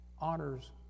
honors